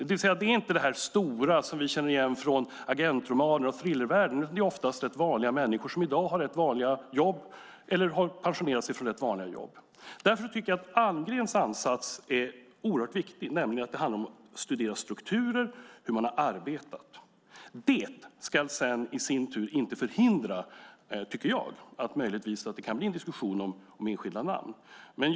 Det är inte fråga om det stora som vi känner igen från agentromaner och thrillervärlden, utan det är oftast fråga om rätt vanliga människor som i dag har vanliga jobb eller har pensionerat sig från vanliga jobb. Därför är Almgrens ansats oerhört viktig, nämligen att det handlar om att studera strukturer och hur man har arbetat. Det ska sedan i sin tur inte förhindra att det kan bli en diskussion om enskilda namn.